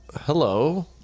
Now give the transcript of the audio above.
hello